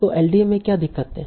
तो एलडीए में क्या दिक्कत है